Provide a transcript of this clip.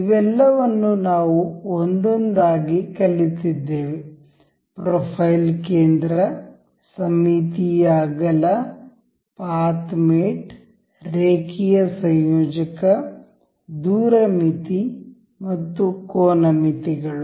ಇವೆಲ್ಲವನ್ನೂ ನಾವು ಒಂದೊಂದಾಗಿ ಕಲಿತಿದ್ದೇವೆ ಪ್ರೊಫೈಲ್ ಕೇಂದ್ರ ಸಮ್ಮಿತೀಯ ಅಗಲ ಪಾತ್ ಮೇಟ್ ರೇಖೀಯ ಸಂಯೋಜಕ ದೂರ ಮಿತಿ ಮತ್ತು ಕೋನ ಮಿತಿ ಗಳು